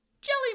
Jelly